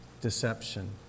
deception